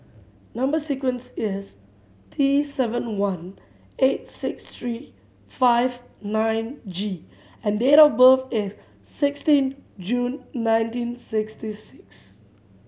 number sequence is T seven one eight six three five nine G and date of birth is sixteen June nineteen sixty six